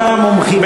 בתא המומחים.